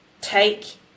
take